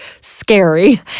scary